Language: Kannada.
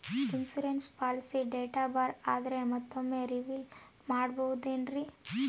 ಇನ್ಸೂರೆನ್ಸ್ ಪಾಲಿಸಿ ಡೇಟ್ ಬಾರ್ ಆದರೆ ಮತ್ತೊಮ್ಮೆ ರಿನಿವಲ್ ಮಾಡಬಹುದ್ರಿ?